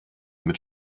mit